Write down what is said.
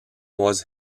was